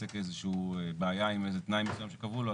לעסק איזה שהיא בעיה עם איזה תנאי מסוים שקבעו לו,